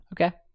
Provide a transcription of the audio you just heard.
Okay